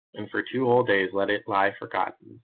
and for two whole days let it lie forgotten.